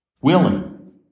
willing